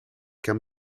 can